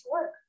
work